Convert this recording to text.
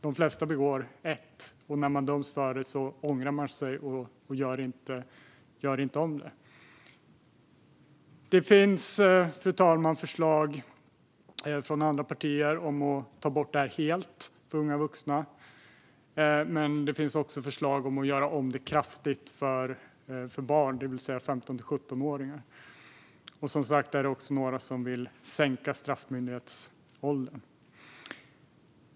De flesta begår ett brott, och när man döms för det ångrar man sig och gör inte om det. Fru talman! Det finns förslag från andra partier om att ta bort det här helt för unga vuxna. Men det finns också förslag om att göra om det kraftigt för barn, det vill säga 15-17-åringar. Som sagt är det också några som vill sänka straffmyndighetsåldern.